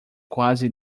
quase